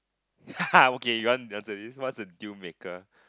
okay you want answer this what's a deal maker